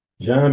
John